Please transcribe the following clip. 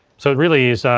so it really is,